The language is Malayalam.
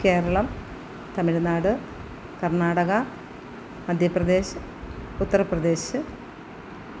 കേരളം തമിഴ്നാട് കർണാടക മധ്യപ്രദേശ് ഉത്തർപ്രദേശ്